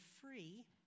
free